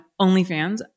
OnlyFans